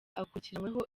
akurikiranyweho